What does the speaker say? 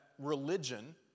religion